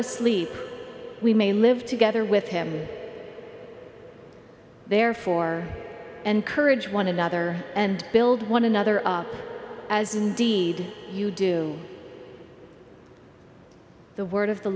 asleep we may live together with him therefore encourage one another and build one another up as indeed you do the word of the